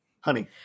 honey